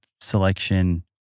selection